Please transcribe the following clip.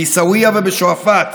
בעיסאוויה ובשועפאט,